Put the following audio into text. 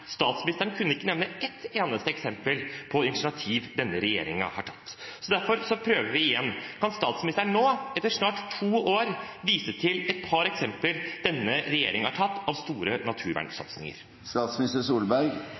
Statsministeren kunne ikke nevne ett eneste eksempel på initiativ denne regjeringen hadde tatt. Derfor prøver jeg igjen: Kan statsministeren nå, etter snart to år, vise til et par eksempler denne regjeringen har hatt av store